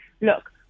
look